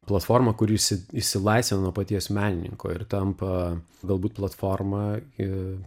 platforma kuri išsi išsilaisvina nuo paties menininko ir ir tampa galbūt platforma ir